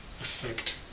effect